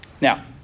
Now